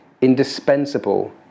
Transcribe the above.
indispensable